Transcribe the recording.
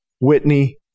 Whitney